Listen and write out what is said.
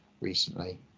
recently